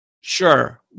Sure